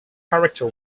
character